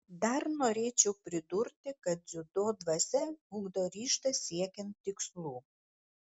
dar norėčiau pridurti kad dziudo dvasia ugdo ryžtą siekiant tikslų